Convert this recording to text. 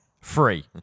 free